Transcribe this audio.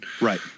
Right